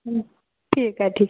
ठीक आहे ठीक